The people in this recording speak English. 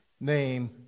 name